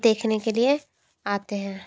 देखने के लिए आते हैं